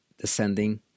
descending